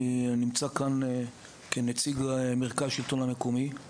אני נמצא כאן כנציג מרכז השלטון המקומי.